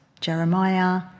Jeremiah